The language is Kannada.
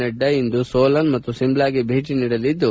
ನಡ್ಡಾ ಇಂದು ಸೋಲನ್ ಮತ್ತು ಶಿಮ್ಲಾಗೆ ಭೇಟಿ ನೀಡಲಿದ್ದು